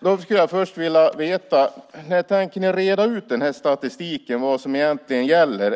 Jag vill första veta: När tänker ni reda ut statistiken så att vi vet vad som egentligen gäller?